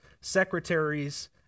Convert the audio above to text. secretaries